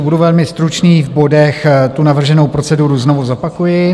Budu velmi stručný v bodech, navrženou proceduru znovu zopakuji.